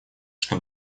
что